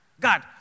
God